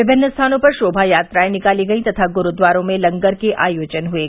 विभिन्न स्थानों पर शोभायात्रायें निकाली गयीं तथा गुरूद्वारों में लंगर के आयोजन हुये